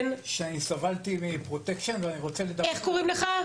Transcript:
אני סבלתי מפרוטקשן ואני רוצה לדבר.